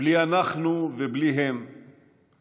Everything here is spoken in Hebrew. בלי "אנחנו" ובלי "הם";